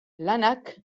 lanak